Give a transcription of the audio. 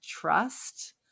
trust